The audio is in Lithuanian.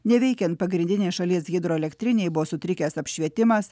neveikiant pagrindinės šalies hidroelektrinei buvo sutrikęs apšvietimas